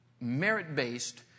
merit-based